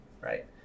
right